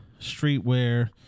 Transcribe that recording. streetwear